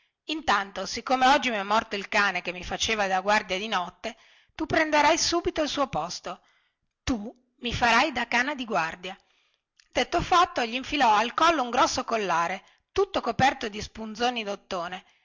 intanto siccome oggi mi è morto il cane che mi faceva la guardia di notte tu prenderai subito il suo posto tu mi farai da cane di guardia detto fatto glinfilò al collo un grosso collare tutto coperto di spunzoni di ottone